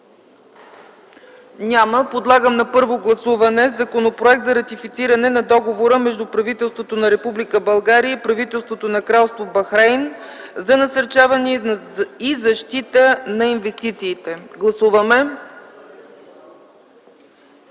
Няма. Подлагам на първо гласуване Законопроекта за ратифициране на Договора между правителството на Република България и правителството на Кралство Бахрейн за насърчаване и защита на инвестициите. Гласували